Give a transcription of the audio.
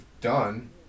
done